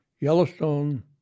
Yellowstone